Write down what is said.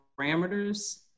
parameters